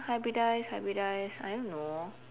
hybridise hybridise I don't know